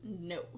No